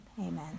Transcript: amen